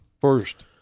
first